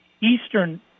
Eastern